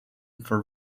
for